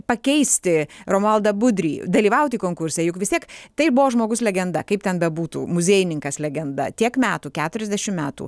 pakeisti romualdą budrį dalyvauti konkurse juk vis tiek tai buvo žmogus legenda kaip ten bebūtų muziejininkas legenda tiek metų keturiasdešim metų